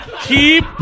Keep